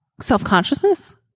self-consciousness